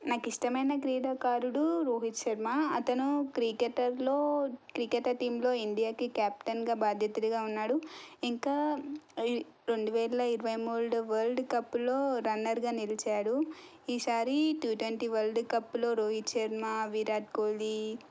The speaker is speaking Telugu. నాకు ఇష్టమైన క్రీడాకారుడు రోహిత్ శర్మ అతను క్రికెటర్లో క్రికెటర్ టీంలో ఇండియాకి క్యాప్టెన్గా బాధ్యుతునిగా ఉన్నాడు ఇంకా రెండు వేల ఇరవై మూడు వరల్డ్ కప్లో రన్నర్గా నిలిచాడు ఈసారి టు ట్వంటీ వరల్డ్ కప్లో రోహిత్ శర్మ విరాట్ కోహ్లి